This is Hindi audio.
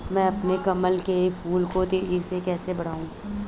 मैं अपने कमल के फूल को तेजी से कैसे बढाऊं?